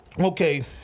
Okay